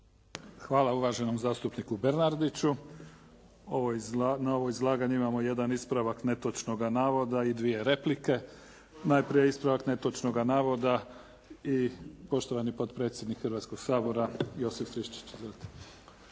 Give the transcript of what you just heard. Hvala uvaženom zastupniku Bernardiću. Ovo, na ovo izlaganje imamo jedan ispravak netočnoga navoda i dvije replike. Najprije ispravak netočnoga navoda i poštovani potpredsjednik Hrvatskoga sabora Josip Friščić.